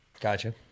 Gotcha